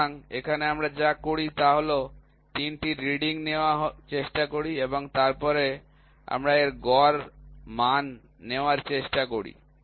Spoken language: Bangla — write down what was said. সুতরাং এখানে আমরা যা করি তা হল আমরা ৩টি রিডিং নেওয়ার চেষ্টা করি এবং তারপরে আমরা এর গড় মান নেওয়ার চেষ্টা করি